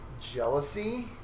jealousy